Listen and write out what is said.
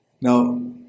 Now